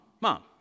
Mom